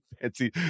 fancy